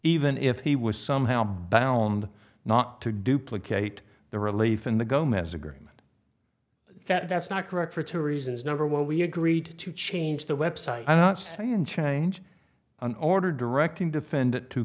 even if he was somehow balland not to duplicate the relief in the gomez agreement that that's not correct for two reasons number one we agreed to change the website i'm not saying change an order directing defendant to